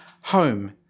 home